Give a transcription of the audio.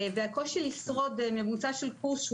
הקושי לשרוד קורס,